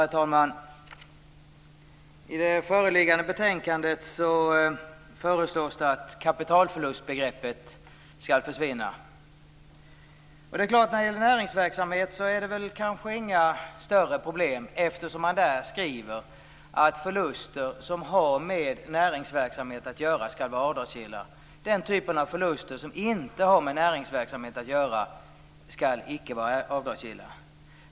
Herr talman! I det föreliggande betänkandet föreslås att kapitalförlustbegreppet skall försvinna. När det gäller näringsverksamhet är det kanske inga större problem, eftersom man i det fallet skriver att förluster som har med näringsverksamhet att göra skall vara avdragsgilla. Den typ av förluster som inte har med näringsverksamhet att göra skall inte vara avdragsgill.